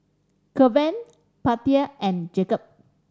Keven Bettye and Jacob